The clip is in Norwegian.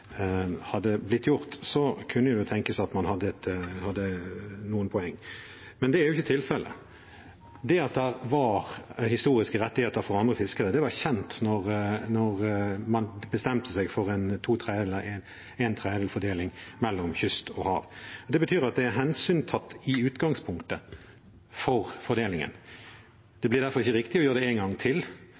gjort, kunne det tenkes at man hadde noen poeng. Men det er ikke tilfellet. Det at det var historiske rettigheter for andre fiskere, var kjent da man bestemte seg for to tredjedels- og en tredjedelsfordeling mellom hav og kyst. Det betyr at det i utgangspunktet er hensyntatt i fordelingen. Det blir derfor ikke riktig å gjøre det en gang til.